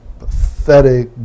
pathetic